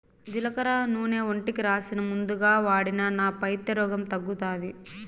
జీలకర్ర నూనె ఒంటికి రాసినా, మందుగా వాడినా నా పైత్య రోగం తగ్గుతాది